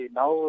now